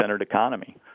economy